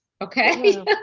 Okay